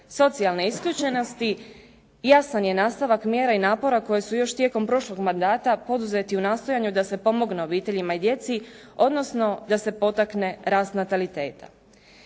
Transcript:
socijalne isključenosti jasan je nastavak mjera i napora koje su još tijekom prošlog mandata poduzeti u nastojanju da se pomogne obiteljima i djeci, odnosno da se potakne rast nataliteta.